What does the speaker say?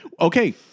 Okay